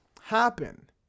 happen